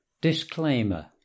Disclaimer